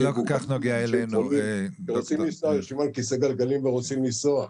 אנשים מבוגרים שיושבים על כיסא גלגלים ורוצים לנסוע.